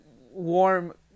warm